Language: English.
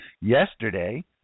Yesterday